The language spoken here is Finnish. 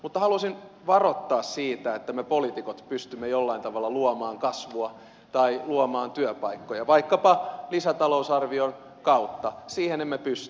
mutta haluaisin varoittaa siitä että siihen että me poliitikot pystyisimme jollain tavalla luomaan kasvua tai luomaan työpaikkoja vaikkapa lisätalousarvion kautta emme pysty